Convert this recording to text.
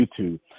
YouTube